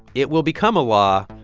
it will become a law,